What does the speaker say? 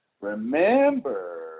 Remember